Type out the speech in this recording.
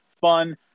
fun